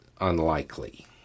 unlikely